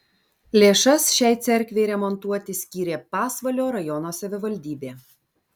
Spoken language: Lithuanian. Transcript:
lėšas šiai cerkvei remontuoti skyrė pasvalio rajono savivaldybė